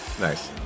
Nice